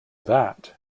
that